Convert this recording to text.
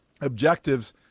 objectives